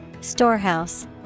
Storehouse